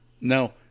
No